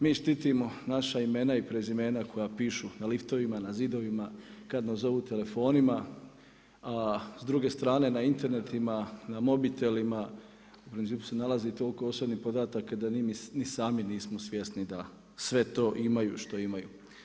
Mi štitimo naša imena i prezimena koja pišu na liftovima, na zidovima, kad nazovu telefonima, a s druge strane na internetima, na mobitelima u principu se nalazi toliko osobnih podataka da mi ni sami nismo svjesni da sve to imaju što imaju.